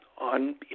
on